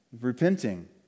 Repenting